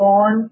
on